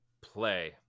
play